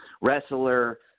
wrestler